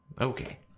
Okay